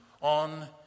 on